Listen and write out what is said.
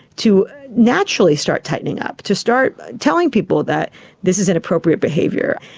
to naturally start tightening up, to start telling people that this is inappropriate behaviour,